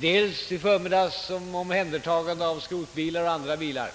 det i förmiddags beslutade omhändertagandet av skrotbilar och andra bilar.